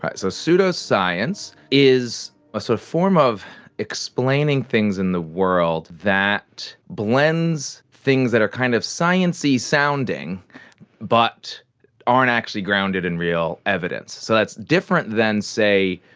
so, pseudoscience is a so form of explaining things in the world that blends things that are kind of sciencey sounding but aren't actually grounded in real evidence. so that's different than, say,